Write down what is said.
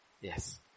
Yes